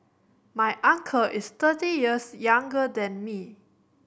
my uncle is thirty years younger than me